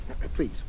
Please